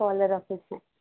call ରଖୁଛି